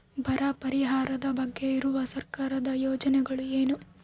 ಬರ ಪರಿಹಾರದ ಬಗ್ಗೆ ಇರುವ ಸರ್ಕಾರದ ಯೋಜನೆಗಳು ಏನು?